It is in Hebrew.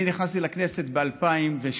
אני נכנסתי לכנסת ב-2003,